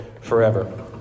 forever